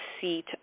seat